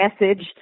message